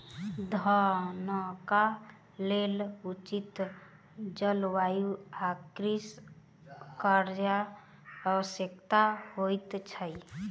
धानक लेल उचित जलवायु आ कृषि कार्यक आवश्यकता होइत अछि